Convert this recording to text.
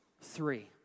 three